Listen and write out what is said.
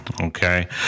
Okay